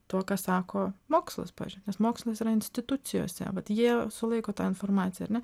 tuo ką sako mokslas pavyzdžiui nes mokslas yra institucijose vat jie sulaiko tą informaciją ar ne